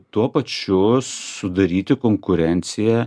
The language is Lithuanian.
tuo pačiu sudaryti konkurenciją